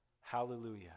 Hallelujah